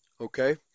Okay